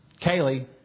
Kaylee